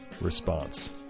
Response